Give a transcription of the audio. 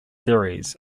theories